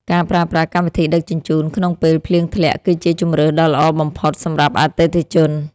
ការប្រើប្រាស់កម្មវិធីដឹកជញ្ជូនក្នុងពេលភ្លៀងធ្លាក់ គឺជាជម្រើសដ៏ល្អបំផុតសម្រាប់អតិថិជន។